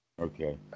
Okay